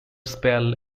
spell